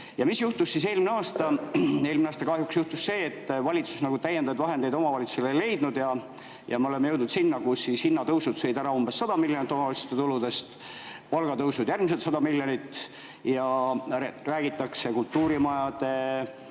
Ja mis juhtus eelmine aasta? Eelmine aasta juhtus kahjuks see, et valitsus täiendavaid vahendeid omavalitsustele ei leidnud. Me oleme jõudnud selleni, et hinnatõusud sõid ära umbes 100 miljonit omavalitsuste tuludest ja palgatõusud järgmised 100 miljonit ning räägitakse kultuurimajade,